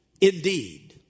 indeed